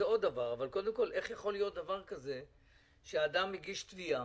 זה עוד דבר אבל איך יכול להיות שאדם מגיש תביעה,